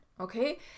okay